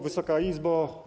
Wysoka Izbo!